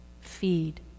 feed